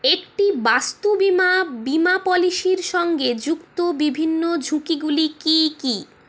একটি বাস্তু বিমা বিমা পলিসির সঙ্গে যুক্ত বিভিন্ন ঝুঁকিগুলো কী কী